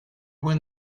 when